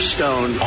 Stone